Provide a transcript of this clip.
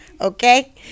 Okay